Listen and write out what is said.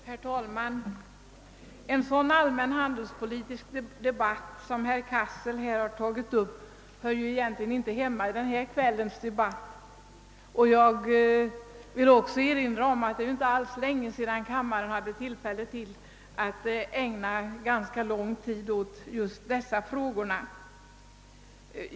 Herr talman! En sådan allmän handelspolitisk debatt som herr Cassel tagit upp faller egentligen inte inom ramen för det här föreliggande ärendet. Jag vill också erinra om att det inte är länge sedan kammaren hade tillfälle att ägna ganska lång tid åt just en sådan debatt.